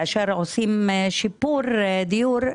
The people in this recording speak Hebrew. כאשר עושים שיפור דיור,